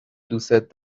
دوستت